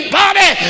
body